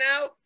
now